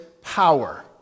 power